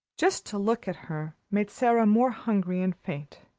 just to look at her made sara more hungry and faint.